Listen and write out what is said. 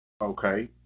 Okay